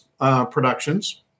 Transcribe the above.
Productions